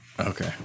Okay